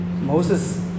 Moses